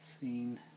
seen